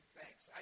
thanks